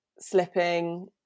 slipping